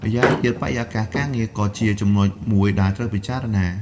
ម្យ៉ាងទៀត បរិយាកាសការងារ ក៏ជាចំណុចមួយដែលត្រូវពិចារណា។